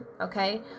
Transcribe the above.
Okay